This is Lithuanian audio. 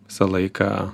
visą laiką